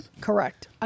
Correct